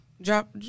drop